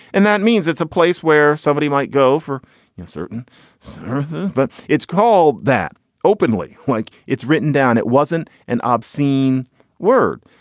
and that means it's a place where somebody might go for you know certain earth. but it's called that openly like it's written down. it wasn't an obscene word.